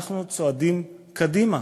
אנחנו צועדים קדימה.